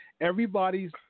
Everybody's